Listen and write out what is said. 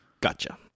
Gotcha